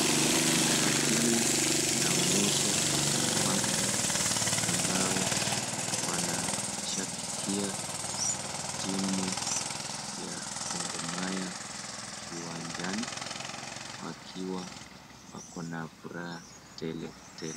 Watu ambao wanashabikia timu ya Gor mahia kiwanjani wakiwa wakona furaha tele tele.